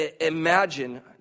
imagine